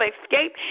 escape